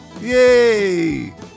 Yay